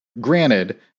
granted